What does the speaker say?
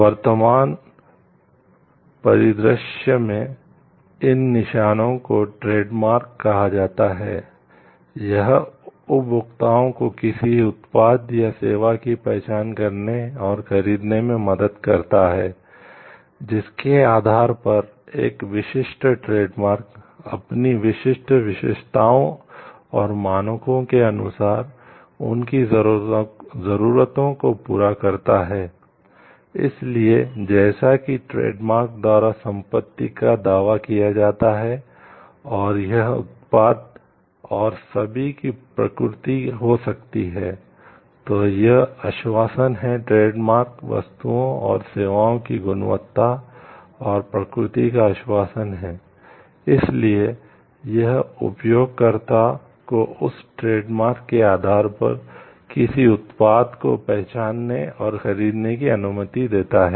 वर्तमान परिदृश्य में इन निशानों को ट्रेडमार्क के आधार पर किसी उत्पाद को पहचानने और खरीदने की अनुमति देता है